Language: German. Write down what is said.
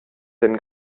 den